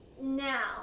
now